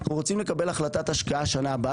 אנחנו רוצים לקבל החלטת השקעה שנה הבאה.